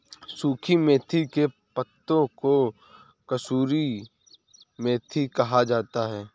सुखी मेथी के पत्तों को कसूरी मेथी कहा जाता है